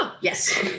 yes